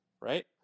Right